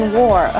war